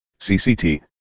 CCT